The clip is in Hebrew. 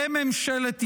וממשלת ישראל,